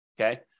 okay